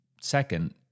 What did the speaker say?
second